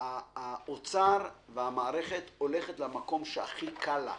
האוצר והמערכת הולכים למקום שהכי קל להם.